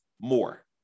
more